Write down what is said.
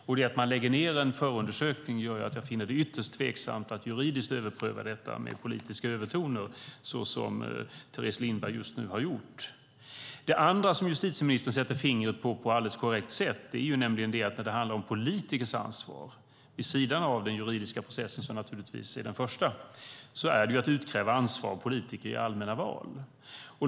Detta att man lägger ned en förundersökning gör att jag finner det ytterst tveksamt att juridiskt överpröva detta med politiska övertoner så som Teres Lindberg just nu har gjort. Det andra som justitieministern - på ett alldeles korrekt sätt - sätter fingret på är nämligen att när det handlar om politikers ansvar vid sidan av den juridiska processen - som naturligtvis är det första - så utkrävs det i allmänna val.